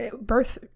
birth